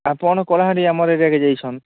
ଆପଣ କଳାହାଣ୍ଡି ଆମର୍ ଏରିଆକେ ଯାଇଛନ୍